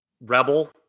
Rebel